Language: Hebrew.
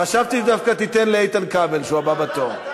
חשבתי דווקא תיתן לאיתן כבל, שהוא הבא בתור.